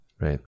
right